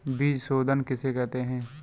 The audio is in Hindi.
बीज शोधन किसे कहते हैं?